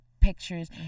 pictures